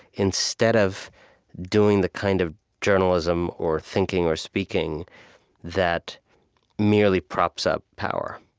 instead of doing the kind of journalism or thinking or speaking that merely props up power.